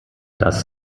das